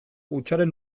hutsaren